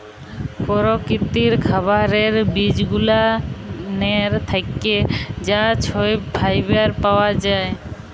পরকিতির খাবারের বিজগুলানের থ্যাকে যা সহব ফাইবার পাওয়া জায়